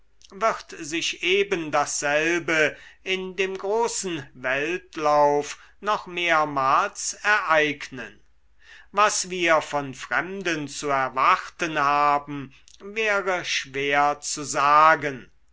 wird sich ebendasselbe in dem großen weltlauf noch mehrmals ereignen was wir von fremden zu erwarten haben wäre schwer zu sagen